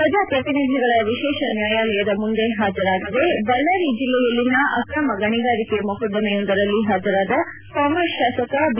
ಪ್ರಜಾಪ್ರತಿನಿಧಿಗಳ ವಿಶೇಷ ನ್ಯಾಯಾಲಯದ ಮುಂದೆ ಹಾಜರಾಗದೆ ಬಳ್ಳಾರಿ ಜಿಲ್ಲೆಯಲ್ಲಿನ ಅಕ್ರಮ ಗಣಿಗಾರಿಕೆ ಮೊಕದ್ದಮೆಯೊಂದರಲ್ಲಿ ಹಾಜರಾದ ಕಾಂಗ್ರೆಸ್ ಶಾಸಕ ಬಿ